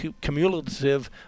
cumulative